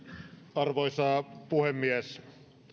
arvoisa puhemies